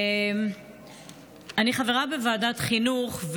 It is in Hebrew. אני חברה בוועדת החינוך,